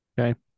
okay